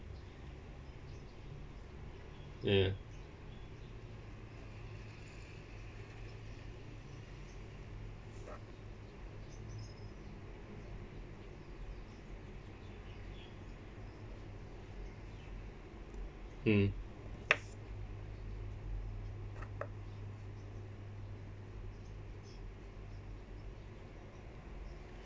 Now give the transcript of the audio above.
ya ya mm